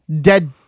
dead